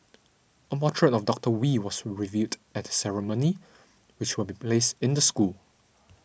a portrait of Doctor Wee was revealed at the ceremony which will be placed in the school